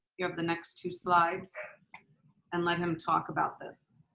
you have the next two slides and let him talk about this.